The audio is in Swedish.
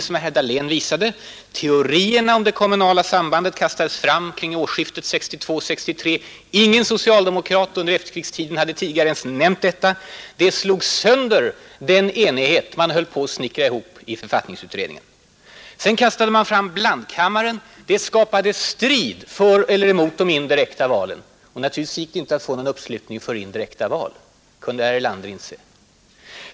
Som herr Dahlén visade kastades teorierna om det kommunala sambandet fram kring årsskiftet 1962—1963. Ingen socialdemokrat hade under efterkrigstiden ens nämnt detta. Det slog sönder den enighet man höll på att snickra ihop i författningsutredningen. Sedan slängde man fram förslaget om blandkammaren. Det skapade strid för eller emot de indirekta valen. Naturligtvis gick det inte att få någon uppslutning kring indirekta val — det kunde herr Erlander lätt inse.